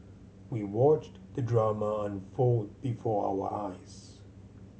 we watched the drama unfold before our eyes